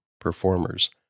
performers